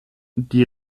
die